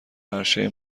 عرشه